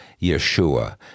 Yeshua